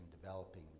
developing